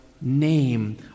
name